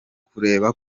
kureba